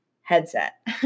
headset